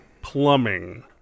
plumbing